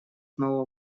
нового